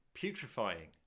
putrefying